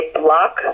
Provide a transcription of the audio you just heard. block